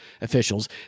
officials